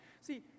See